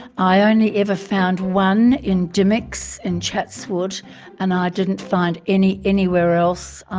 i only ever found one in dymocks in chatswood and i didn't find any anywhere else.